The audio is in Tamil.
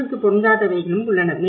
அறிவுக்கு பொருந்தாதவைகளும் உள்ளன